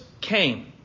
came